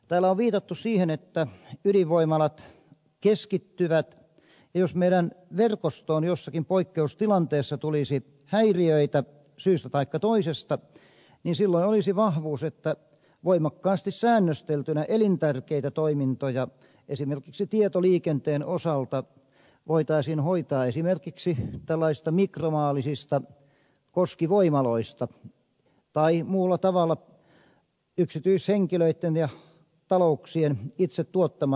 täällä on viitattu siihen että ydinvoimalat keskittyvät ja jos meidän verkostoomme jossakin poikkeustilanteessa tulisi häiriöitä syystä taikka toisesta niin silloin olisi vahvuus että voimakkaasti säännösteltynä elintärkeitä toimintoja esimerkiksi tietoliikenteen osalta voitaisiin hoitaa esimerkiksi tällaisista mikromaalisista koskivoimaloista tai muulla tavalla yksityishenkilöitten ja talouksien itse tuottamana sähkönä